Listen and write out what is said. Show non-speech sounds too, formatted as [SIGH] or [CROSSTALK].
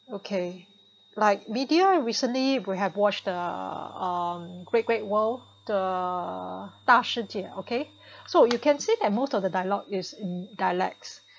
okay like media recently we have watched the um great great world the da-shi-jie okay [BREATH] so you can see that most of the dialogue is in dialects